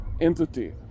entity